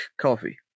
coffee